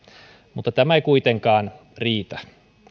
mutta tämä ei kuitenkaan riitä